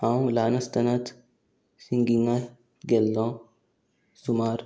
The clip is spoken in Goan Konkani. हांव ल्हान आसतनाच सिंगिंगा गेल्लो सुमार